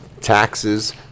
taxes